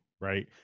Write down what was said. right